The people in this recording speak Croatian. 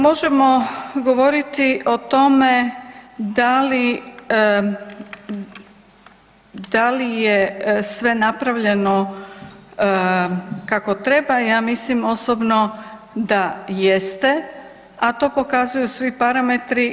Možemo govoriti o tome da li je sve napravljeno kako treba, ja mislim osobno da jeste, a to pokazuju svi parametri.